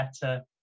better